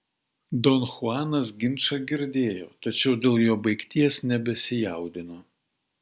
don chuanas ginčą girdėjo tačiau dėl jo baigties nebesijaudino